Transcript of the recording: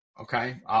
okay